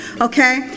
okay